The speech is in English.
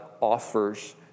offers